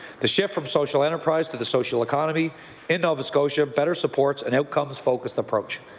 the shift from social enterprise to the social economy in nova scotia better supports an outcomes focused approach.